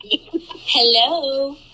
Hello